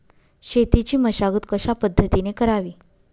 शेतीची मशागत कशापद्धतीने करावी?